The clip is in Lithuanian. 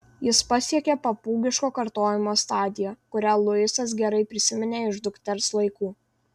jis pasiekė papūgiško kartojimo stadiją kurią luisas gerai prisiminė iš dukters laikų